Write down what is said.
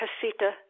casita